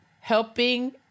helping